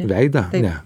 veidą ne